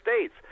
States